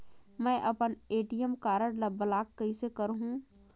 मै अपन ATM card ल ब्लाक कइसे करहूं?